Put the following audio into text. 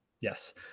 yes